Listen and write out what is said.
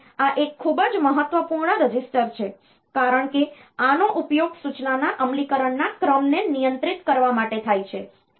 તેથી આ એક ખૂબ જ મહત્વપૂર્ણ રજિસ્ટર છે કારણ કે આનો ઉપયોગ સૂચનાના અમલીકરણના ક્રમને નિયંત્રિત કરવા માટે થાય છે